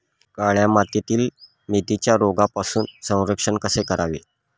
काळ्या मातीतील मेथीचे रोगापासून संरक्षण कसे करावे?